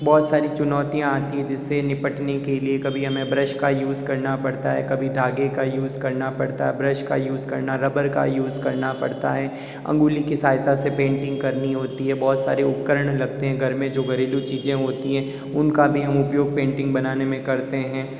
बहुत सारी चुनौतियाँ आती हैं जिससे निपटने के लिए कभी हमें ब्रश का यूज़ करना पड़ता है कभी धागे का यूज़ करना पड़ता है ब्रश का यूज़ करना रबड़ का यूज़ करना पड़ता है अंगुली की सहायता से पेंटिंग करनी होती है बहुत सारे उपकरण लगते हैं घर में जो घरेलू चीज़ें होती हैं उनका भी हम उपयोग पेंटिंग बनाने में करते हैं